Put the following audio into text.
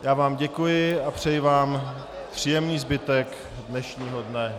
Já vám děkuji a přeji vám příjemný zbytek dnešního dne.